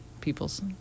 people's